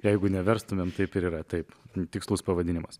jeigu neverstumėm taip ir yra taip tikslus pavadinimas